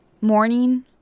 Morning